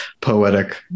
poetic